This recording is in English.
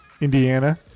Indiana